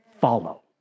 Follow